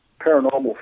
paranormal